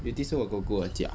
yew tee 是我姑姑的家